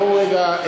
בואו רגע,